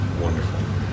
Wonderful